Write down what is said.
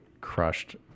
crushed